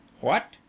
What